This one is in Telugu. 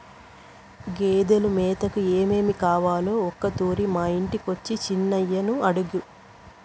గేదెలు మేతకు ఏమేమి కావాలో ఒకతూరి మా ఇంటికొచ్చి చిన్నయని అడుగు